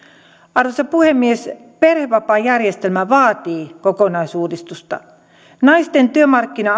arvoisa puhemies perhevapaajärjestelmä vaatii kokonaisuudistusta naisten työmarkkina